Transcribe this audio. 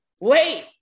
wait